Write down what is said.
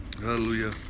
hallelujah